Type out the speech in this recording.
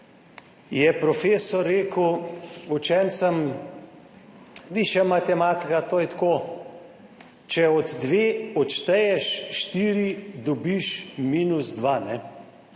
je profesor rekel učencem »višja matematika, to je tako, če od dve odšteješ štiri, dobiš minus dva«, je